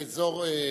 הוא באזור,